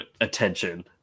attention